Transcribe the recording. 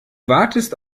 wartest